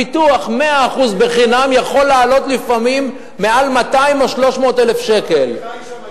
פיתוח 100% חינם יכול לעלות לפעמים יותר מ-200,000 או 300,000 שקלים.